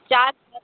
चार है